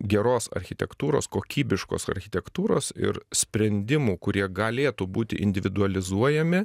geros architektūros kokybiškos architektūros ir sprendimų kurie galėtų būti individualizuojami